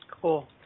cool